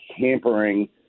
hampering